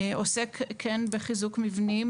עוסק בחיזוק מבנים.